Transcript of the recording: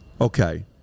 Okay